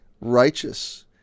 Righteous